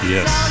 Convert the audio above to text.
Yes